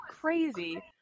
crazy